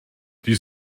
die